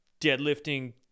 deadlifting